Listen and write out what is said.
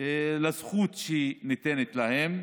לזכות שניתנת להם,